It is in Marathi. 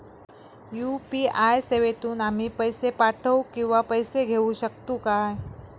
यू.पी.आय सेवेतून आम्ही पैसे पाठव किंवा पैसे घेऊ शकतू काय?